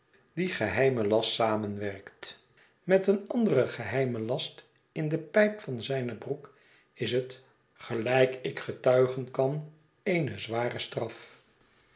die geheime last samenwerkt met een anderen geheimen last in de pijp van zijne broek is het gelijk ik getuigen kan eene z ware straf